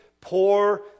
poor